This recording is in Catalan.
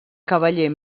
cavaller